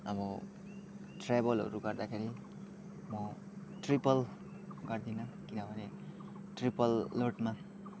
अब ट्राभलहरू गर्दाखेरि मो ट्रिपल गर्दिनँ किनभने ट्रिपल लोडमा